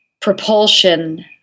propulsion